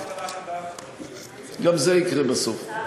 גם זה יקרה בסוף.